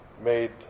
made